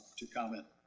to come in.